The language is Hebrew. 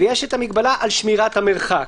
ויש מגבלה על שמירת המרחק.